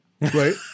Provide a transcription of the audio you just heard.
right